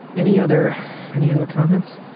any other any other comments?